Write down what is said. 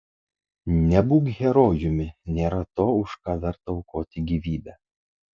nebūk herojumi nėra to už ką verta aukoti gyvybę